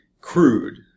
crude